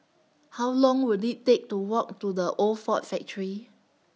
How Long Will IT Take to Walk to The Old Ford Factory